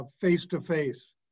face-to-face